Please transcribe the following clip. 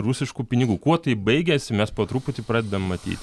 rusiškų pinigų kuo tai baigiasi mes po truputį pradedam matyt